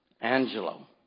Angelo